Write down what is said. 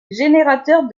générateur